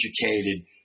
educated